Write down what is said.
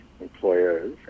employers